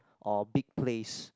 or big place